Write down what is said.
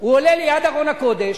הוא עולה ליד ארון הקודש,